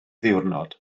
ddiwrnod